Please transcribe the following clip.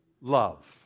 love